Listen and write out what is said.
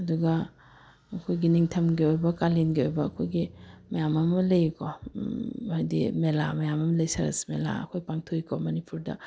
ꯑꯗꯨꯒ ꯑꯩꯈꯣꯏꯒꯤ ꯅꯤꯡꯊꯝꯒꯤ ꯑꯣꯏꯕ ꯀꯥꯂꯦꯟꯒꯤ ꯑꯣꯏꯕ ꯑꯩꯈꯣꯏꯒꯤ ꯃꯌꯥꯝ ꯑꯃ ꯂꯩꯀꯣ ꯍꯥꯏꯗꯤ ꯃꯦꯂꯥ ꯃꯌꯥꯝ ꯑꯃ ꯂꯩ ꯁꯔꯁ ꯃꯦꯂꯥ ꯑꯩꯈꯣꯏ ꯄꯥꯡꯊꯣꯛꯏꯀꯣ ꯃꯅꯤꯄꯨꯔꯗ